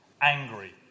angry